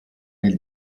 nel